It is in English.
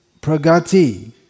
Pragati